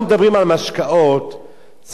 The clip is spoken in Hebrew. צריך לתת את הדעת בכלל,